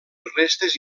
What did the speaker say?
restes